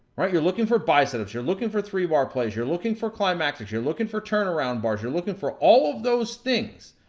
you're looking for buy set-ups. you're looking for three bar plays, you're looking for climaxes. you're looking for turnaround bars. you're looking for all of those things,